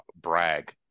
brag